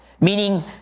meaning